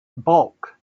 bulk